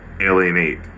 alienate